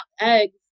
eggs